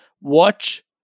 Watch